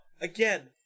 again